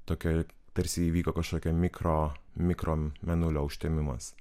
tokia tarsi įvyko kažkokia mikro mikro mėnulio užtemimas